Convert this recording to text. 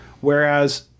whereas